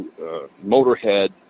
Motorhead